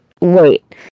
wait